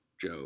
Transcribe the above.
joe